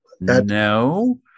no